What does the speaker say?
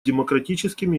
демократическими